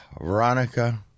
veronica